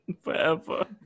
Forever